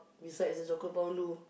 besides the chocolate fondue